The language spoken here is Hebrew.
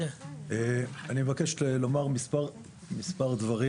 אני מבקש לומר כמה דברים.